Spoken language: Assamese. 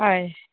হয়